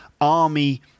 army